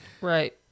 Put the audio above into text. Right